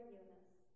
Eunice